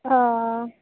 অঁ